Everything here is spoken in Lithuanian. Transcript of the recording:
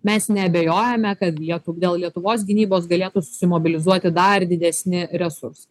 mes neabejojame kad lietu dėl lietuvos gynybos galėtų susimobilizuoti dar didesni resursai